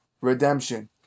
Redemption